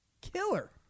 Killer